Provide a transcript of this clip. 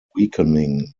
weakening